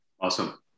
awesome